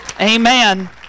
amen